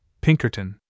Pinkerton